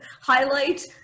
highlight